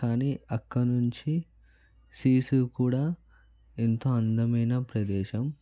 కానీ అక్కడి నుంచి సిసు కూడా ఎంతో అందమైన ప్రదేశం